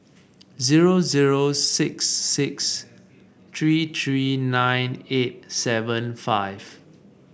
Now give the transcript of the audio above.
zero zero six six three three nine eight seven five